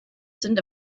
sind